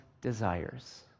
desires